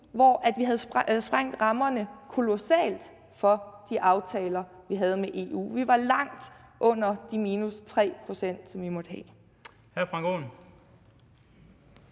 hvor vi havde sprængt rammerne kolossalt for de aftaler, vi havde med EU. Vi var langt under de -3 pct., som vi måtte have.